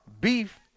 Beef